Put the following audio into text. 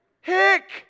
Hick